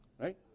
Right